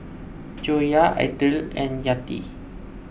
Joyah Aidil and Yati